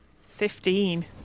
Fifteen